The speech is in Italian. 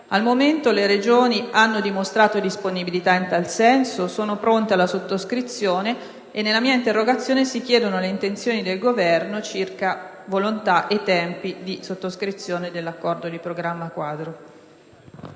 Al momento, le Regioni hanno dimostrato disponibilità in tal senso, sono pronte alla sottoscrizione, e nella mia interrogazione si chiedono le intenzioni del Governo circa volontà e tempi di sottoscrizione dell'accordo di programma quadro.